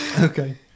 okay